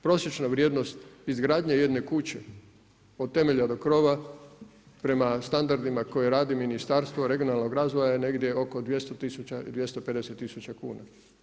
Prosječna vrijednost izgradnje jedne kuče od temelja do krova prema standardima koje radi Ministarstvo regionalnog razvoja je negdje oko 200 tisuća ili 250 kuna.